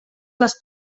les